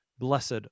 Blessed